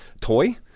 toy